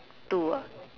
two ah